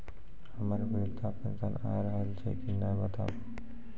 हमर वृद्धा पेंशन आय रहल छै कि नैय बताबू?